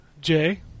Jay